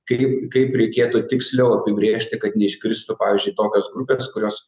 kaip kaip reikėtų tiksliau apibrėžti kad neiškristų pavyzdžiui tokios grupės kurios